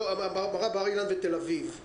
היא אמרה בר-אילן ותל אביב.